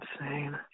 insane